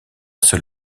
seul